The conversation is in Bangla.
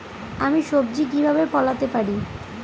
আমি সবজি কিভাবে ফলাতে পারি?